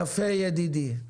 יפה ידידי.